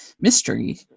mystery